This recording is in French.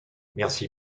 merci